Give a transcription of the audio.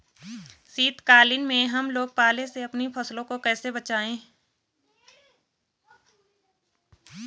शीतकालीन में हम लोग पाले से अपनी फसलों को कैसे बचाएं?